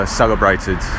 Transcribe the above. celebrated